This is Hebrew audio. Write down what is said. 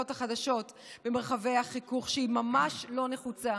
החדשות במרחבי החיכוך שהיא ממש לא נחוצה.